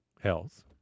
health